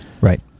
Right